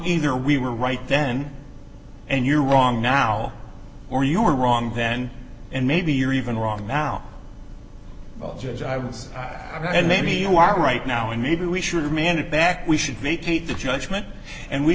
either we were right then and you're wrong now or you were wrong then and maybe you're even wrong now well judge i was right and maybe you are right now and maybe we should demand it back we should make it the judgment and we